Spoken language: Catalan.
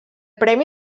premi